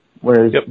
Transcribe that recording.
whereas